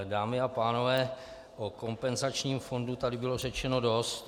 Dámy a pánové, o kompenzačním fondu tady bylo řečeno dost.